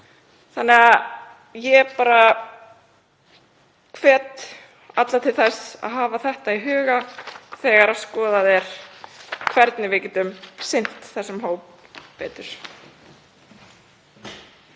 dag. Ég hvet alla til þess að hafa þetta í huga þegar skoðað er hvernig við getum sinnt þessum hópi betur.